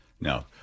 No